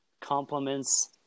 compliments